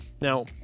Now